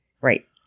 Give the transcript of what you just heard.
Right